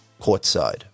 courtside